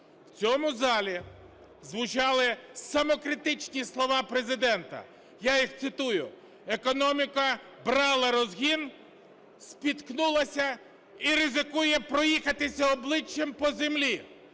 В цьому залі звучали самокритичні слова Президента. Я їх цитую: "Економіка брала розгін, спіткнулася і ризикує проїхатися обличчям по землі".